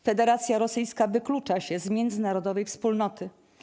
Federacja Rosyjska wyklucza się z międzynarodowej wspólnoty.